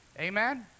amen